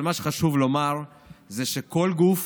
אבל מה שחשוב לומר זה שכל גוף,